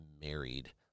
married